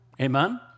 Amen